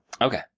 Okay